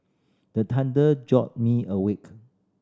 the thunder jolt me awake